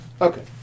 Okay